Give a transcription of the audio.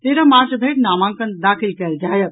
तेरह मार्च धरि नामांकन दाखिल कयल जायत